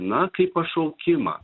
na kaip pašaukimą